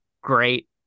great